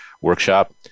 workshop